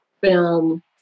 film